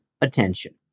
attention